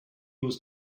was